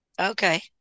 Okay